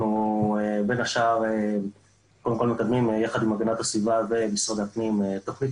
ובין השאר אנחנו מקדמים יחד עם הגנת הסביבה ועם משרד הפנים תוכנית